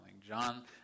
John